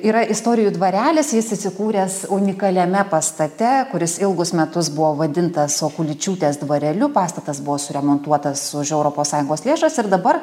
yra istorijų dvarelis jis įsikūręs unikaliame pastate kuris ilgus metus buvo vadintas okuličiūtės dvareliu pastatas buvo suremontuotas už europos sąjungos lėšas ir dabar